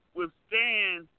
withstand